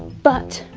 but,